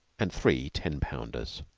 and three ten-pounders.